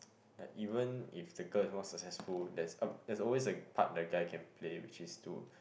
that even if the girl is more successful there is a there is always a part the guy can play which is to